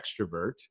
extrovert